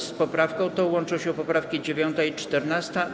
Z poprawką tą łączą się poprawki 9. i 14.